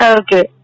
okay